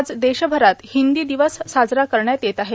आज देशभरात हिंदी दिवस साजरा करण्यात येत आहे